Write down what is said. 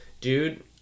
Dude